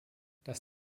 dass